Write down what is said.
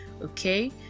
okay